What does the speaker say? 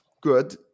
good